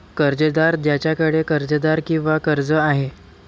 कर्जदार ज्याच्याकडे कर्जदार किंवा कर्ज आहे